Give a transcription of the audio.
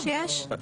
יש, יש.